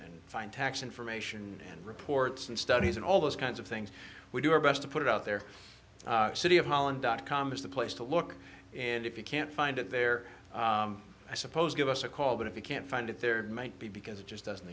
and find tax information and reports and studies and all those kinds of things we do our best to put it out there city of holland dot com is the place to look and if you can't find it there i suppose give us a call but if you can't find it there might be because it just doesn't